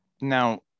now